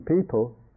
people